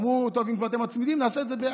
אמרו: טוב, אם אתם כבר מצמידים, נעשה את זה ביחד.